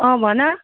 अँ भन